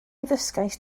ddysgaist